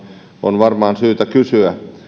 on varmaan syytä jokaisen kysyä